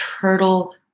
turtle